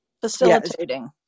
facilitating